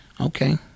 Okay